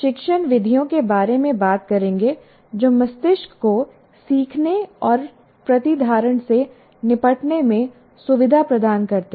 शिक्षण विधियों के बारे में बात करेंगे जो मस्तिष्क को सीखने और प्रतिधारण से निपटने में सुविधा प्रदान करते हैं